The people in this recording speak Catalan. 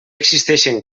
existeixen